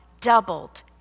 doubled